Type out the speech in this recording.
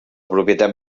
propietat